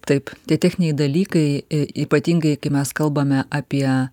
taip tie techniniai dalykai i ypatingai kai mes kalbame apie